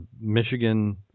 Michigan